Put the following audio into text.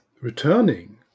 returning